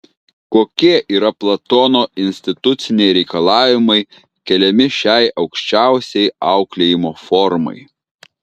kokie yra platono instituciniai reikalavimai keliami šiai aukščiausiai auklėjimo formai